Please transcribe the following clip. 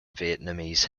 vietnamese